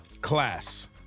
Class